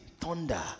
Thunder